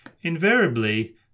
Invariably